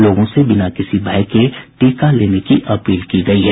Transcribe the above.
लोगों से बिना किसी भय के टीका लेने की अपील की गयी है